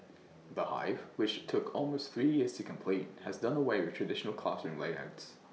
the hive which took almost three years to complete has done away with traditional classroom layouts